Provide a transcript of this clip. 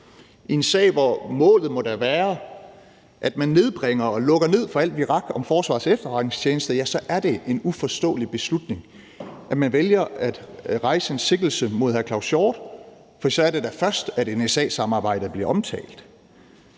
om en sag, hvor målet da må være, at man nedbringer og lukker ned for al virak om Forsvarets Efterretningstjeneste, og så er det da en uforståelig beslutning, at man vælger at rejse en sigtelse mod hr. Claus Hjort Frederiksen, for så er det da først, at NSA-samarbejdet bliver omtalt.